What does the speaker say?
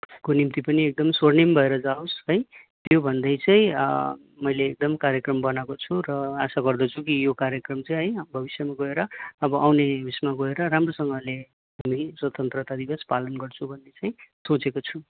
को निम्ति पनि स्वर्णिम भएर जाओस् है त्यही भन्दै चाहिँ मैले एकदम कार्यक्रम बनाएको छु र आशा गर्दछु कि यो कार्यक्रम चाहिँ भविष्यमा गएर अब आउने उसमा गएर राम्रोसँगले स्वतन्त्रता दिवस पालन गर्छु भन्ने चाहिँ सोचेको छु